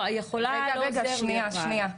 "יכולה" לא עוזר -- רגע, שנייה.